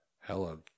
Hello